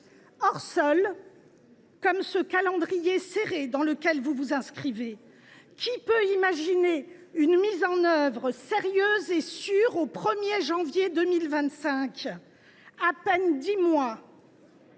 pense notamment au calendrier serré dans lequel vous vous inscrivez. Qui peut imaginer une mise en œuvre sérieuse et sûre au 1 janvier 2025 ? En à peine dix mois,